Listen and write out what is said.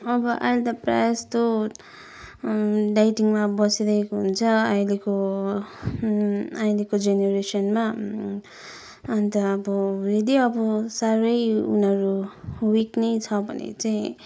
अब अहिले त प्रायः जस्तो डाइटिङमा बसिरहेको हुन्छ अहिलेको अहिलेको जेनेरेसनमा अन्त अब यदि अब साह्रै उनीहरू विक नै छ भने चाहिँ